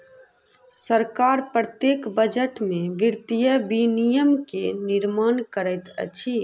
सरकार प्रत्येक बजट में वित्तीय विनियम के निर्माण करैत अछि